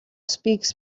speaks